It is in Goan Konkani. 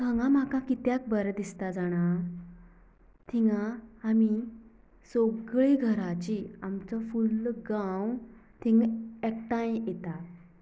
हांगा म्हाका कित्याक बरे दिसता जाणां थिगां आमी सगळी घरांची आमचो फुल्ल गांव थिंगा एकठांय येतात